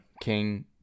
King